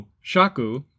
shaku